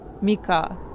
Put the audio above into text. mika